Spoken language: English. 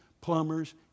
plumbers